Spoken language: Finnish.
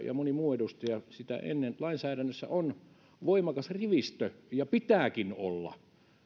ja moni muu edustaja sitä ennen kertoi niin meillä on lainsäädännössä voimakas rivistö ja pitääkin olla